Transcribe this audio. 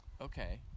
okay